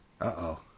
Uh-oh